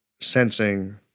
sensing